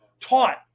taught